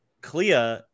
Clea